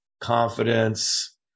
confidence